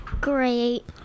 Great